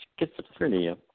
schizophrenia